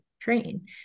train